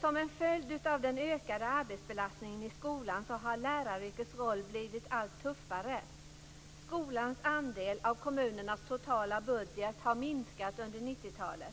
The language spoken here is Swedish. Som en följd av den ökade arbetsbelastningen i skolan har läraryrkets roll blivit allt tuffare. Skolans andel av kommunernas totala budget har minskat under 90-talet.